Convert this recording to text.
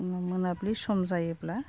मोनाब्लि सम जायोब्ला